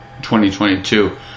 2022